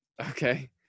Okay